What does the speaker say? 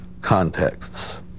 contexts